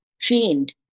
trained